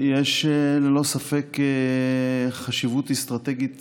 יש ללא ספק חשיבות אסטרטגית